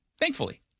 thankfully